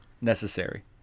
necessary